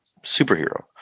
superhero